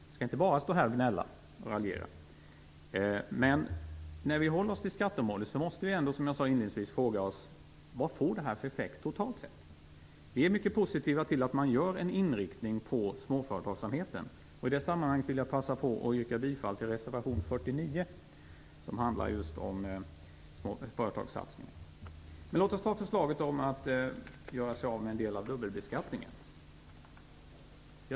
Jag skall inte bara stå här och gnälla eller raljera. Men om vi håller oss till skatteområdet måste vi ändå, som jag sade inledningsvis, fråga oss: Vad får det här för effekt totalt sett? Vi är mycket positiva till att man inriktar sig på småföretagsamheten. I det sammanhanget vill jag passa på att yrka bifall till reservation 49, som handlar om just företagssatsningar. Men låt oss ta förslaget om att göra sig av med en del av dubbelbeskattningen.